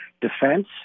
defense